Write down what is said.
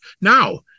Now